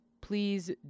please